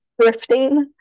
thrifting